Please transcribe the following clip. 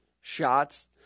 shots